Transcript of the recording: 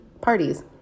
parties